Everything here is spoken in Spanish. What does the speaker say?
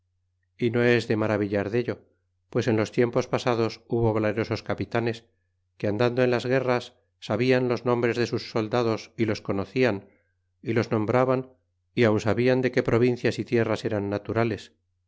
no es de maravillar dello pues en los tiempos pasados hubo valerosos capitanes que andando en las guerras sabian los nombres de sus soldados los conocian los nombraban aun sabían de que provincias tierras eran naturales